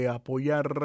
apoyar